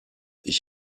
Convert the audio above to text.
ich